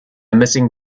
missing